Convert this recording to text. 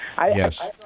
Yes